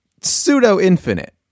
pseudo-infinite